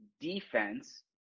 defense